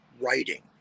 writing